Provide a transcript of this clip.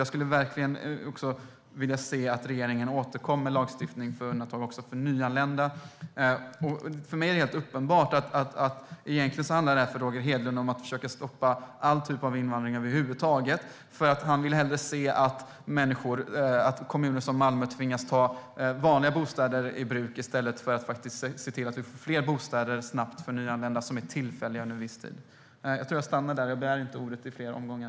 Jag skulle verkligen vilja se att regeringen återkom med lagstiftning för undantag också för nyanlända. För mig är det helt uppenbart att detta för Roger Hedlund egentligen handlar om att försöka stoppa alla typer av invandring över huvud taget. Han ser hellre att kommuner som Malmö tvingas ta vanliga bostäder i bruk än att vi snabbt får fler tillfälliga bostäder för nyanlända. Jag stannar där och begär inte ordet i fler omgångar.